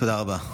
תודה רבה.